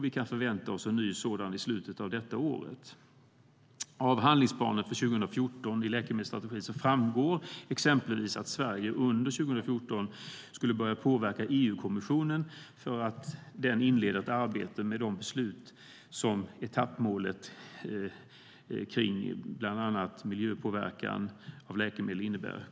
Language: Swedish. Vi kan förvänta oss en ny sådan i slutet av detta år. Av handlingsplanen för 2014 i läkemedelsstrategin framgår exempelvis att Sverige under 2014 skulle börja påverka EU-kommissionen att inleda ett arbete med de beslut som etappmålet kring bland annat miljöpåverkan av läkemedel innebär.